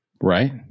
Right